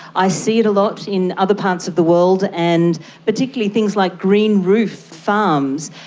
i see it a lot in other parts of the world, and particularly things like green roof farms.